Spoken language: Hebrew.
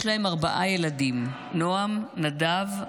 יש להם ארבעה ילדים, נעם, נדב,